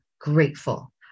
grateful